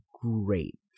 great